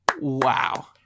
Wow